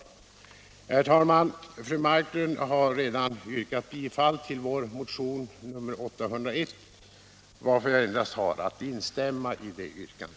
Herr talman! Fru Marklund har redan yrkat bifall till vår motion 801, varför jag endast har att instämma i det yrkandet.